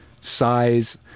size